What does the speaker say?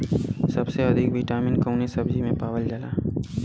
सबसे अधिक विटामिन कवने सब्जी में पावल जाला?